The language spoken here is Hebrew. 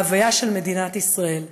ההוויה של מדינת ישראל.